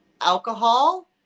alcohol